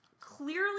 clearly